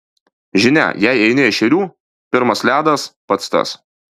žinia jei eini ešerių pirmas ledas pats tas